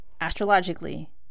astrologically